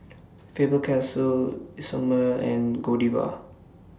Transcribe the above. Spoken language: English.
Faber Castell Isomil and Godiva